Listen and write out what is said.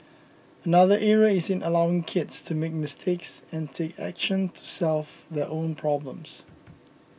another area is in allowing kids to make mistakes and take action to solve their own problems